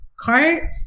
cart